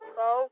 go